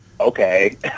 okay